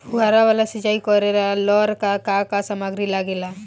फ़ुहारा वाला सिचाई करे लर का का समाग्री लागे ला?